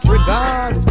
Regard